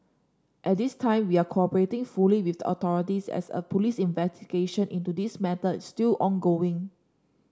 at this time we are cooperating fully with the authorities as a police investigation into this matter is still ongoing